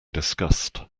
disgust